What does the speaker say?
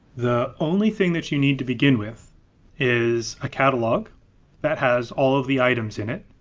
the only thing that you need to begin with is catalog that has all of the items in it.